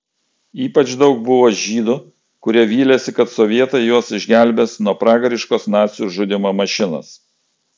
ypač daug buvo žydų kurie vylėsi kad sovietai juos išgelbės nuo pragariškos nacių žudymo mašinos